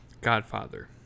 Godfather